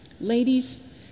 Ladies